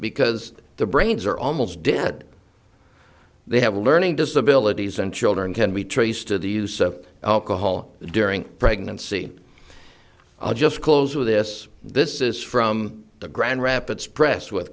because the brains are almost did they have a learning disability and children can be traced to the use of alcohol during pregnancy i'll just close with this this is from the grand rapids press with